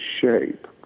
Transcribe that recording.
shape